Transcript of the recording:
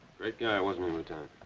great guy, wasn't he, lieutenant?